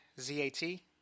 Z-A-T